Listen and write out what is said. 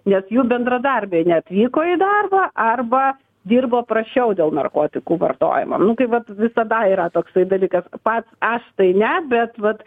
nes jų bendradarbiai neatvyko į darbą arba dirbo prasčiau dėl narkotikų vartojimo nu tai vat visada yra toksai dalykas pats aš tai ne bet vat